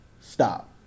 stop